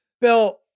Bill